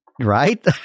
right